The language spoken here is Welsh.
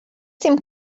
dim